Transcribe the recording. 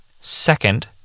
Second